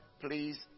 please